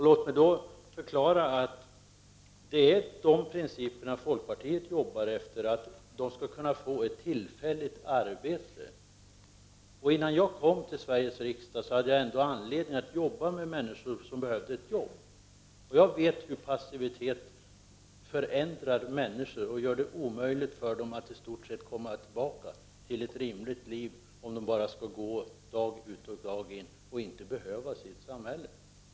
Låt mig då förklara att de principer som folkpartiet arbetar efter går ut på att de skall kunna få ett tillfälligt arbete. Innan jag kom till Sveriges riksdag hade jag anledning att arbeta med människor som behövde ett arbete. Jag vet hur passivitet förändrar människor och gör det i stort sett omöjligt för dem att komma tillbaka till ett rimligt liv om de bara dag ut och dag in skall gå utan att behövas i samhället.